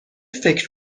فکر